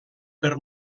per